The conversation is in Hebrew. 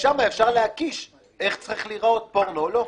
ומשם אפשר להקיש איך צריך להיראות פורנו או לא.